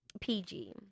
PG